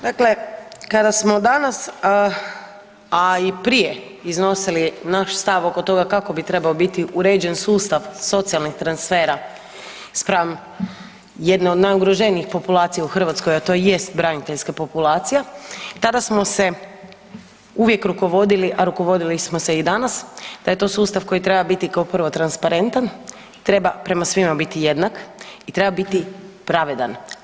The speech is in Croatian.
Dakle, kada smo danas, a i prije iznosili naš stav oko toga kako bi trebao biti uređen sustav socijalnih transfera spram jedne od najugroženijih populacija u Hrvatskoj, a to i jest braniteljska populacija, tada smo se uvijek rukovodili, a rukovodili smo se i danas da je to sustav koji treba biti kao prvo transparentan i treba prema svima biti jednak i treba biti pravedan.